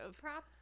Props